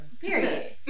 period